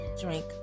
drink